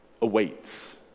awaits